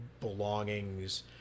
belongings